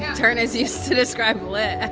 turnt is used to described lit